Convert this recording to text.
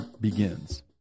begins